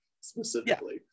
specifically